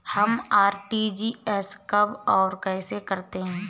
हम आर.टी.जी.एस कब और कैसे करते हैं?